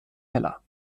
heller